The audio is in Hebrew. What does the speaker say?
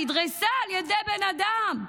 נדרסה על ידי בן אדם,